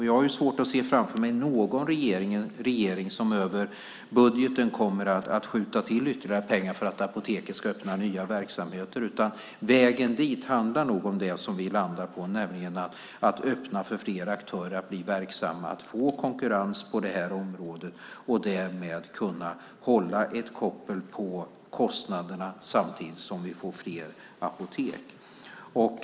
Jag har svårt att se framför mig någon regering som över budgeten kommer att skjuta till ytterligare pengar för att Apoteket ska öppna nya verksamheter. Vägen dit handlar nog om det som vi landar på, nämligen att öppna för fler aktörer att bli verksamma, att få konkurrens på det här området och därmed att kunna hålla koppel på kostnaderna samtidigt som vi får fler apotek.